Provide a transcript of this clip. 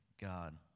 God